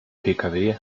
pkw